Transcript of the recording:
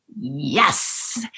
yes